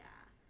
ya